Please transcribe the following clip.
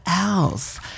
else